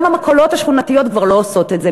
גם המכולות השכונתיות כבר לא עושות את זה.